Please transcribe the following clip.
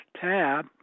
tab